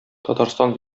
татарстан